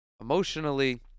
emotionally